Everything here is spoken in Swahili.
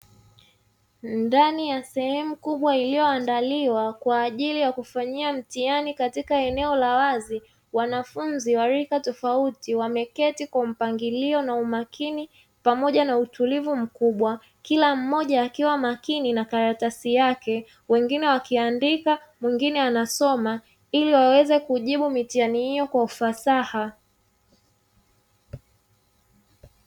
Ndani ya sehemu kubwa iliyoandaliwa kwa ajili ya kufanyia mtihani katika eneo la wazi, wanafunzi wa rika tofauti wameketi kwa mpangilio na umakini pamoja na utulivu mkubwa. Kila mmoja akiwa makini na karatasi yake, wengine wakiandika mwingine anasoma ili waweze kujibu mitihani hiyo kwa ufasaha.